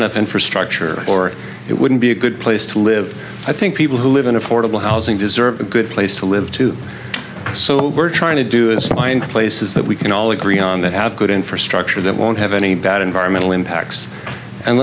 enough infrastructure or it wouldn't be a good place to live i think people who live in affordable housing deserve a good place to live too so what we're trying to do is find places that we can all agree on that have good infrastructure that won't have any bad environmental impacts and